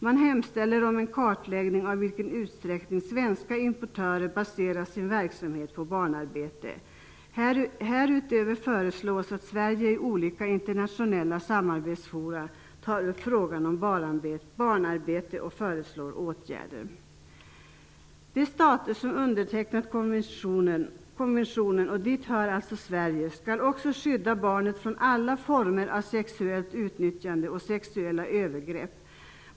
Man hemställer om en kartläggning av i vilken utsträckning svenska importörer baserar sin verksamhet på barnarbete. Härutöver föreslås att Sverige i olika internationella samarbetsforum tar upp frågan om barnarbete och föreslår åtgärder. Sverige alltså hör, skall också skydda barnet från alla former av sexuellt utnyttjande och sexuella övergrepp.